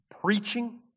preaching